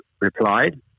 replied